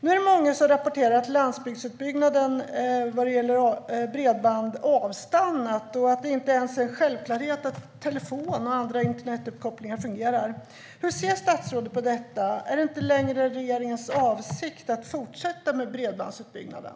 Nu är det många som rapporterar att bredbandsutbyggnaden på landsbygden har avstannat och att det inte ens är en självklarhet att telefon och internetuppkoppling fungerar. Hur ser statsrådet på detta? Är det inte längre regeringens avsikt att fortsätta med bredbandsutbyggnaden?